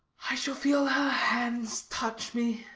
i shall feel her hands touch me.